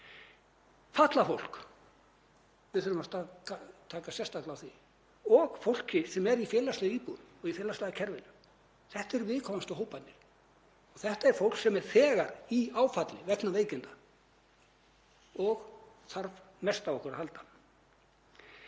Fatlað fólk, við þurfum að taka sérstaklega á því og fólki sem er í félagslegum íbúðum í félagslega kerfinu. Þetta eru viðkvæmustu hóparnir. Þetta er fólk sem er þegar í áfalli vegna veikinda og þarf mest á okkur að halda.